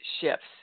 shifts